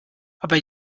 aber